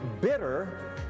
bitter